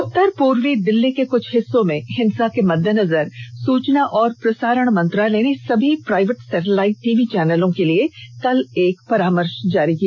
उत्तर पूर्वी दिल्ली के कुछ हिस्सों में हिंसा के मद्देनजर सुचना और प्रसारण मंत्रालय ने सभी प्राइवेट सैटेलाइट टीवी चैनलों के लिए कल एक परामर्श जारी किया